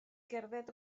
gerdded